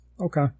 Okay